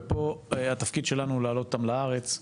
ופה התפקיד שלנו להעלות אותם לארץ.